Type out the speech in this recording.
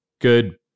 good